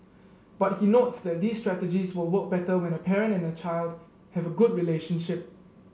but he notes that these strategies will work better when a parent and child have a good relationship